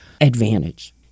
advantage